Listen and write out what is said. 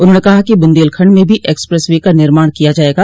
उन्होंने कहा कि बुन्देलखंड में भी एक्सप्रेस वे का निर्माण किया जायेगा